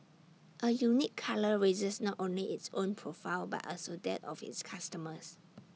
A unique colour raises not only its own profile but also that of its customers